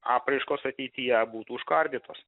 apraiškos ateityje būtų užkardytos